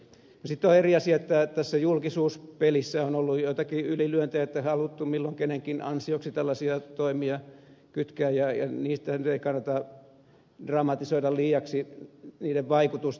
no sitten on eri asia että tässä julkisuuspelissä on ollut joitakin ylilyöntejä että on haluttu milloin kenenkin ansioksi tällaisia toimia kytkeä ja ei nyt kannata dramatisoida liiaksi niiden vaikutusta